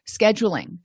scheduling